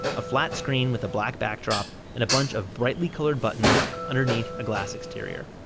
a flat-screen with a black backdrop and a bunch of brightly colored buttons underneath a glass exterior.